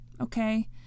okay